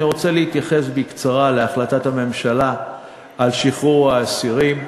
אני רוצה להתייחס בקצרה להחלטת הממשלה על שחרור האסירים.